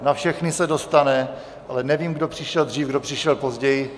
Na všechny se dostane, ale nevím, kdo přišel dřív, kdo přišel později.